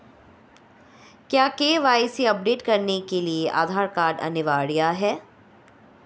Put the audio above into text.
क्या KYC update करने के लिए आधार कार्ड अनिवार्य है?